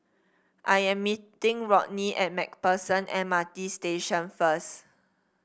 I am meeting Rodney at MacPherson M R T Station first